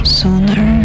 sooner